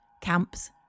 camps